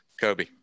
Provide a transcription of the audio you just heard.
Kobe